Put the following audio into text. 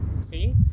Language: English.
see